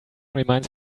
reminds